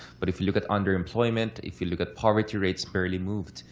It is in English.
but if you look at underemployment, if you look at poverty rates, barely moved.